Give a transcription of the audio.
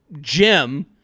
Jim